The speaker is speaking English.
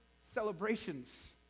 celebrations